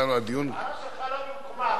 ההערה שלך לא במקומה.